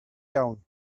iawn